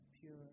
pure